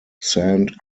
sand